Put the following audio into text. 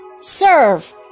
serve